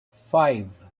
five